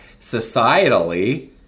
societally